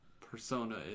persona